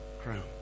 crown